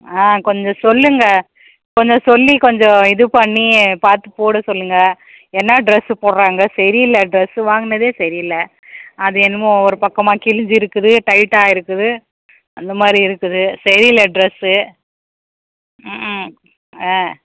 ஆ கொஞ்சம் சொல்லுங்கள் கொஞ்சம் சொல்லி கொஞ்சம் இது பண்ணி பார்த்துப் போட சொல்லுங்கள் என்ன ட்ரெஸ்ஸு போடுறாங்க சரியில்ல ட்ரெஸ்ஸு வாங்குனதே சரியில்ல அது என்னமோ ஒரு பக்கமாக கிழிஞ்சி இருக்குது டைட்டாக இருக்குது அந்த மாதிரி இருக்குது சரியில்ல ட்ரெஸ்ஸு ம்க்கும் ஆ